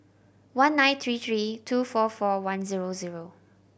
one nine three three two four four one zero zero